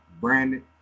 Brandon